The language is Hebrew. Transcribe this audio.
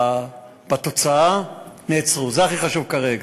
בתוצאה, נעצרו.